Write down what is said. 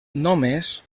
només